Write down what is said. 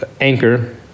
Anchor